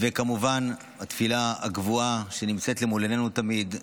וכמובן, התפילה הקבועה שנמצאת למול עינינו תמיד: